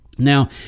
Now